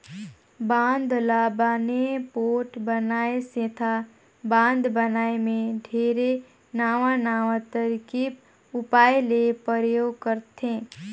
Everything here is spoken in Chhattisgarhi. बांधा ल बने पोठ बनाए सेंथा बांध बनाए मे ढेरे नवां नवां तरकीब उपाय ले परयोग करथे